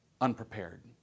unprepared